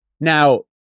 Now